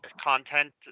content